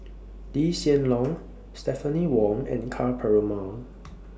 Lee Hsien Loong Stephanie Wong and Ka Perumal